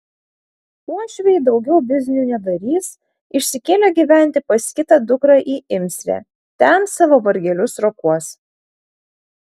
uošviai daugiau biznių nedarys išsikėlė gyventi pas kitą dukrą į imsrę ten savo vargelius rokuos